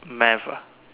math ah